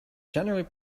generally